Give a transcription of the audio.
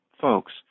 folks